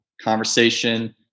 conversation